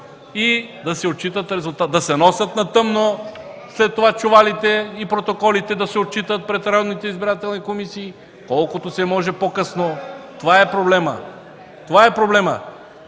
да се носят на тъмно чувалите и протоколите и да се отчитат пред районните избирателни комисии колкото се може по-късно. Това е проблемът! (Реплики.)